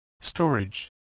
storage